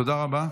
תודה רבה.